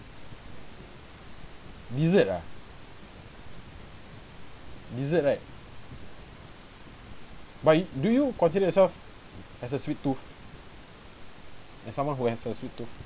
dessert ah dessert right but you do you consider yourself as a sweet tooth as someone who has a sweet tooth